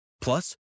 Plus